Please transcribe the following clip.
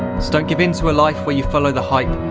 don't give in to a life where you follow the hype,